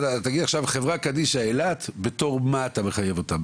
חברה קדישא אילת, בתור מה אתה מחייב אותה?